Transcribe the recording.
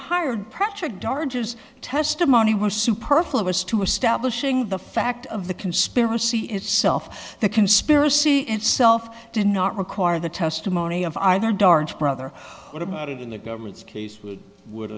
dardus testimony was superfluous to establishing the fact of the conspiracy itself the conspiracy itself did not require the testimony of either darn brother what about it in the government's case would